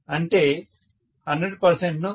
అంటే 100 ను 0